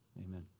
amen